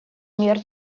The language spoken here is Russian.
мер